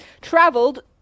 Traveled